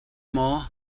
maw